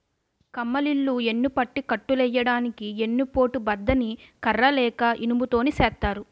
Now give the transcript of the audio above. కమ్మలిల్లు యెన్నుపట్టి కట్టులెయ్యడానికి ఎన్ని పోటు బద్ద ని కర్ర లేక ఇనుము తోని సేత్తారు